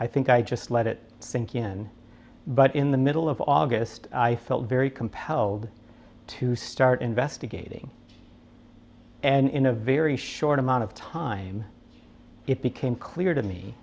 i think i just let it sink in but in the middle of august i felt very compelled to start investigating and in a very short amount of time it became clear to me